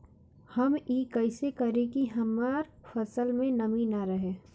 हम ई कइसे करी की हमार फसल में नमी ना रहे?